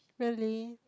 really